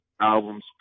albums